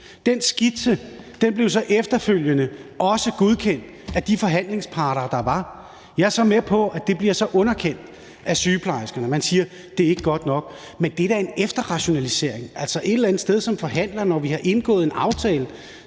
Den skitse blev så efterfølgende også godkendt af de forhandlingsparter, der var. Jeg er med på, at det så bliver underkendt af sygeplejerskerne, og man siger: Det er ikke godt nok. Men det er da en efterrationalisering. Altså, når man som forhandler har indgået en aftale,